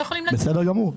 בסדר גמור.